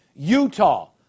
Utah